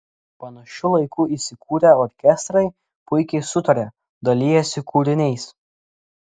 panašiu laiku įsikūrę orkestrai puikiai sutaria dalijasi kūriniais